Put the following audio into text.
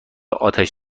آتش